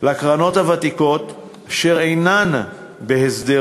לקרנות הוותיקות שאינן בהסדר,